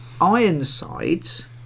ironsides